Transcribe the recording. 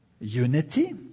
unity